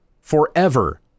forever